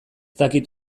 dakit